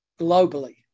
globally